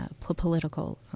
political